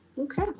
okay